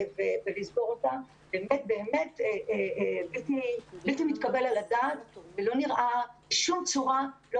באמת זה בלתי מתקבל על הדעת ובשום צורה לא